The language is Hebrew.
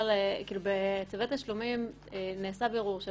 בצווי תשלומים נעשה בירור של